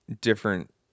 different